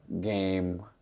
game